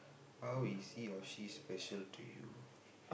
how is he or she special to you